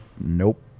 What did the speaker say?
Nope